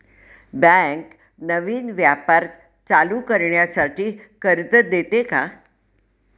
Bank नवीन व्यापार चालू करण्यासाठी कर्ज देते का?